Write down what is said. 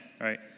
right